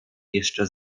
jeszcze